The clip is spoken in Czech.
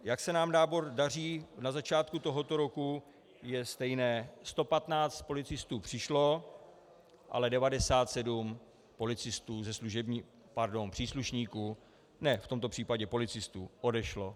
Jak se nám nábor daří na začátku tohoto roku, je stejné 115 policistů přišlo, ale 97 policistů, pardon, příslušníků ne, v tomto případě policistů odešlo.